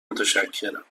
متشکرم